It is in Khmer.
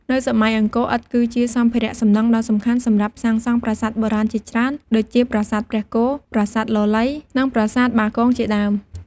នៅសម័យអង្គរ ឥដ្ឋគឺជាសម្ភារៈសំណង់ដ៏សំខាន់សម្រាប់សាងសង់ប្រាសាទបុរាណជាច្រើន ដូចជា ប្រាសាទព្រះគោ ប្រាសាទលលៃ និងប្រាសាទបាគងជាដើម។